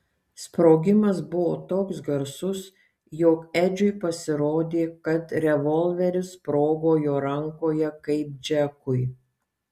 sprogimas buvo toks garsus jog edžiui pasirodė kad revolveris sprogo jo rankoje kaip džekui